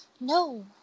No